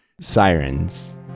Sirens